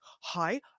hi